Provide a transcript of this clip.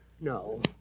No